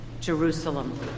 Jerusalem